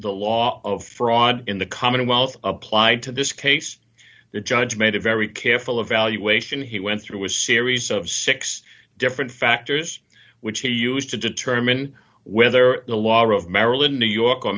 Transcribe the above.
the law of fraud in the commonwealth applied to this case the judge made a very careful evaluation he went through a series of six different factors which he used to determine whether the law of maryland new york